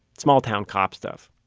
small town cop stuff.